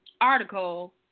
article